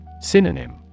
Synonym